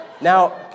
Now